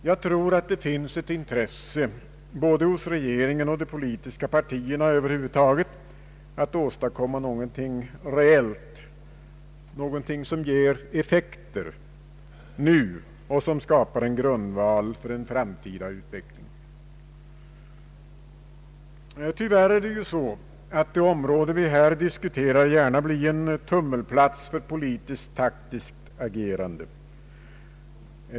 Jag tror att det finns ett intresse, både hos regeringen och hos de politiska partierna över huvud taget, att åstadkomma någonting reellt, någonting som ger effekter nu och som skapar en grundval för en framtida utveckling. Tyvärr är det ju så att det område vi Ang. regionalpolitiken här diskuterar gärna blir en tummelplats för politiskt taktiskt agerande.